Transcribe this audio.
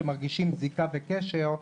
שמרגישים זיקה וקשר,